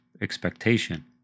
expectation